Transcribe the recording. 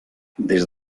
des